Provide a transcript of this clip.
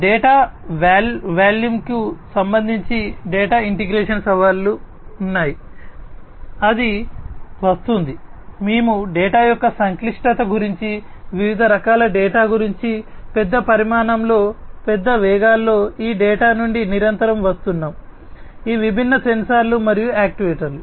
data వాల్యూమ్కు సంబంధించి data integration సవాళ్లు ఉన్నాయి అది వస్తోంది మేము డేటా యొక్క సంక్లిష్టత గురించి వివిధ రకాల డేటా గురించి పెద్ద పరిమాణంలో పెద్ద వేగాల్లో ఈ డేటా నుండి నిరంతరం వస్తున్నాం ఈ విభిన్న సెన్సార్లు మరియు యాక్యుయేటర్లు